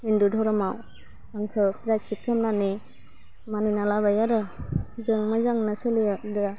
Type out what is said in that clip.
हिन्दु दहोरोमाव आंखौ फ्राइसिद खामनानै मानिना लाबाय आरो जों मोजांनो सोलियो दा